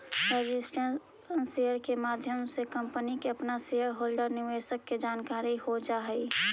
registered share के माध्यम से कंपनी के अपना शेयर होल्डर निवेशक के जानकारी हो जा हई